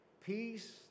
Peace